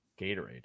gatorade